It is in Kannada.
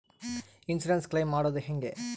ಇನ್ಸುರೆನ್ಸ್ ಕ್ಲೈಮ್ ಮಾಡದು ಹೆಂಗೆ?